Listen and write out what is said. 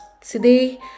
Today